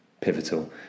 pivotal